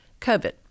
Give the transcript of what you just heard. covid